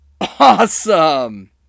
Awesome